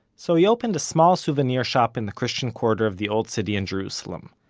so he opened a small souvenir shop in the christian quarter of the old city in jerusalem.